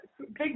big